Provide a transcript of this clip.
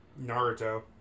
Naruto